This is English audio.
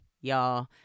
y'all